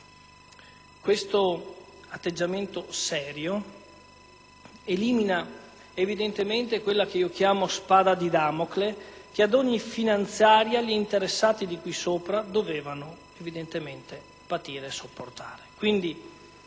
Questo atteggiamento serio elimina evidentemente quella che io chiamo la spada di Damocle che ad ogni finanziaria gli interessati di cui sopra dovevano partire e sopportare.